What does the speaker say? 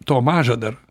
to maža dar